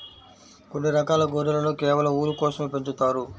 కొన్ని రకాల గొర్రెలను కేవలం ఊలు కోసమే పెంచుతారు